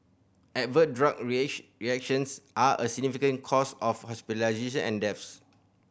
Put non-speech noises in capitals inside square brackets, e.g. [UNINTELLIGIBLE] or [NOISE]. adverse drug [UNINTELLIGIBLE] reactions are a significant cause of hospitalisation and deaths